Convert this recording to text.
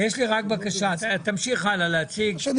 תמשיך הלאה בהצגה.